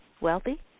wealthy